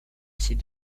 ses